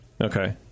Okay